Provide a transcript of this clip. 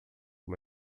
uma